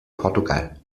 portugal